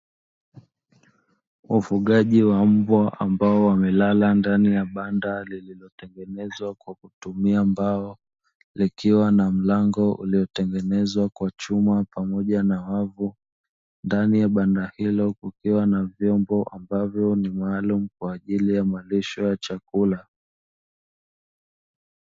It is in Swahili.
Ufugaji wa mbwa ambao wamelala ndani ya banda, lililotengenezwa kwa kutumia mbao, likiwa na mlango uliotengenezwa kwa chuma pamoja na wavu. Ndani ya banda hilo kukiwa na vyombo maalumu kwa ajili ya malisho ya chakula.